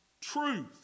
truth